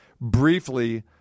briefly